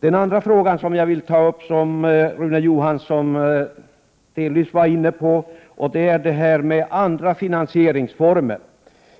Min andra fråga gäller något som Rune Johansson delvis var inne på, nämligen frågan om andra finansieringsformer.